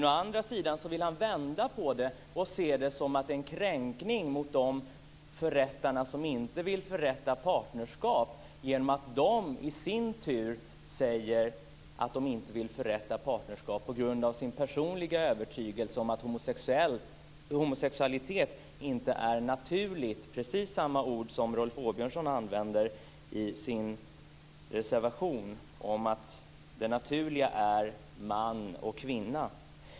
Å andra sidan vill han vända på det hela och se det som en kränkning mot de förrättare som inte vill förrätta partnerskap genom att de i sin tur säger att de inte vill förrätta partnerskap på grund av sin personliga övertygelse om att homosexualitet inte är naturligt - precis samma ord som Rolf Åbjörnsson använder i sin reservation om att det naturliga är man och kvinna.